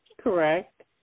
Correct